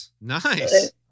Nice